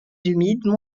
humides